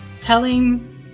telling